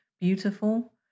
beautiful